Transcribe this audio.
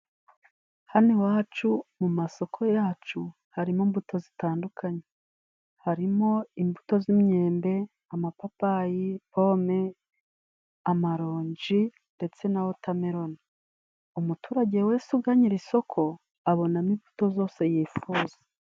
Hano iwacu mu masoko yacu harimo imbuto zitandukanye. Harimo imbuto z'imyembe, amapapayi, pome, amaronji ndetse na watameroni. Umuturage wese uganye iri isoko, abonamo imbuto zose yifuza.